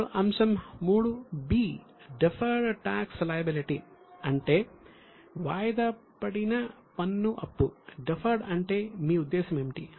ఇప్పుడు అంశం 3 'b' deferred tax liability అంటే మీ ఉద్దేశ్యం ఏమిటి